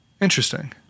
Interesting